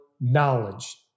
knowledge